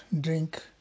drink